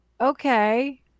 okay